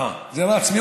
או, זה רץ.